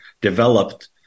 developed